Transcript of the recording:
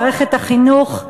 על חשבון מערכת החינוך.